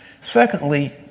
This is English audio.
Secondly